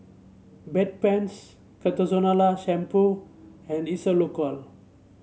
Bedpans Ketoconazole Shampoo and Isocal